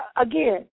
Again